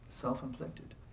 Self-inflicted